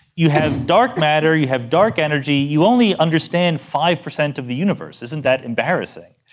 you have dark matter, you have dark energy, you only understand five percent of the universe, isn't that embarrassing?